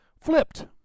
flipped